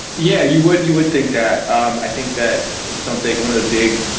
yeah, you would. you would think that um i think that something one of the big